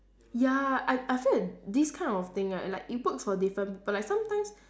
ya I I feel that these kind of thing right like it works for different people like sometimes